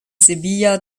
sevilla